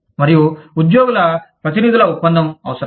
మరియు ఉద్యోగుల ప్రతినిధుల ఒప్పందం అవసరం